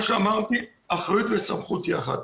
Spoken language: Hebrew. כמו שאמרתי, אחריות וסמכות יחד.